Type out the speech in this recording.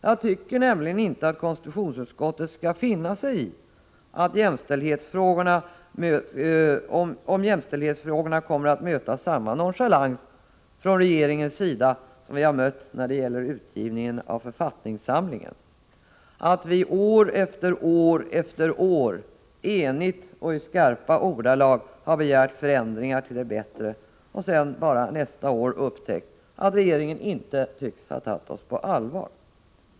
Jag tycker nämligen inte att konstitutionsutskottet skall finna sig i att jämställdhetsfrågorna möter samma nonchalans från regeringens sida som vi har mött när det gäller utgivningen av författningssamlingen. År efter år har vi enigt och i skarpa ordalag begärt förändringar till det bättre, för att sedan nästa år bara upptäcka att regeringen inte tycks ha tagit oss på allvar.